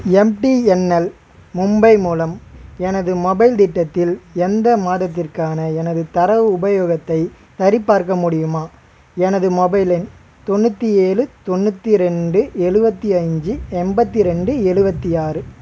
MTNL Mumbai மூலம் எனது mobile திட்டத்தில் எந்த மாதத்திற்கான எனது தரவு உபயோகத்தை சரிபார்க்க முடியுமா எனது மொபைல் எண் தொண்ணூற்றி ஏழு தொண்ணூற்றி ரெண்டு எழுவத்தி அஞ்சு எண்பத்தி ரெண்டு எழுவத்தி ஆறு